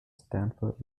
stanford